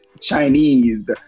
Chinese